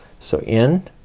so in,